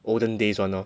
olden days [one] lor